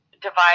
divide